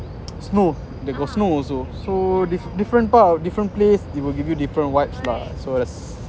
snow they got snow also so there's different part or different place it will give you a different vibes lah so there's